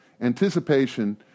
anticipation